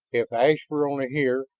if ashe were only here,